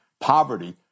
poverty